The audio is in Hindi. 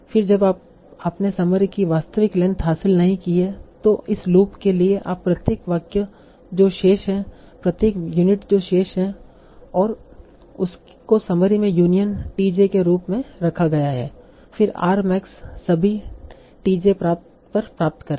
फिर जब आपने समरी की वास्तविक लेंथ हासिल नहीं की है तो इस लूप के लिए आप प्रत्येक वाक्य जो शेष है प्रत्येक यूनिट जो शेष है और उसको समरी में यूनियन t j के रूप में रखा गया है फिर r max सभी t j पर प्राप्त करें